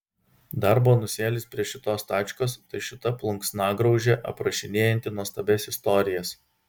dar bonusėlis prie šitos tačkos tai šita plunksnagraužė aprašinėjanti nuostabias istorijas